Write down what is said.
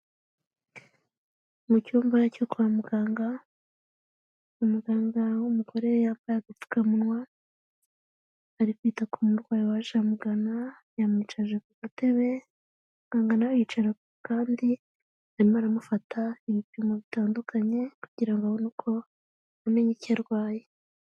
Mu cyumba cyo kwa muganga umuganga w'umugore yambaye agapfukawa, ari kwita ku murwayi waje amugana, yamwicaje ku gatebe muganga nawe yicara ku kandi, aramufata ibipimo bitandukanye kugira abone uko umenya icyo arwaye.